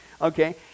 Okay